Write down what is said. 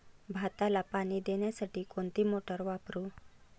भाताला पाणी देण्यासाठी कोणती मोटार वापरू?